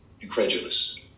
incredulous